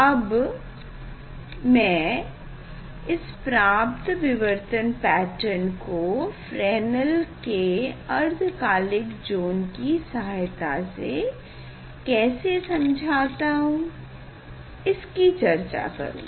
अब मैं इस प्राप्त विवर्तन पैटर्न को फ्रेनेल के अर्धकालिक ज़ोन की सहायता से कैसे समझाया जा सकता है इसी की चर्चा करूँगा